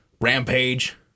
Rampage